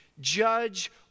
judge